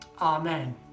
Amen